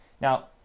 Now